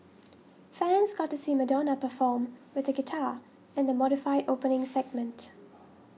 fans got to see Madonna perform with a guitar in the modified opening segment